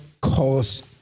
cause